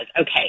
okay